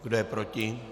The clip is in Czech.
Kdo je proti?